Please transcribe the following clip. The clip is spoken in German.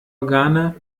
organe